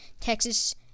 Texas